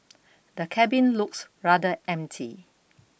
the cabin looks rather empty